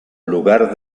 lugar